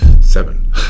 seven